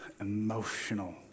emotional